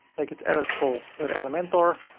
make it editable with elementor